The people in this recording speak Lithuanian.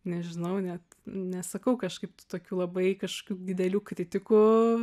nežinau net nesakau kažkaip tokių labai kažkokių didelių kritikų